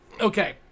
okay